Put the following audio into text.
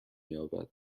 یابد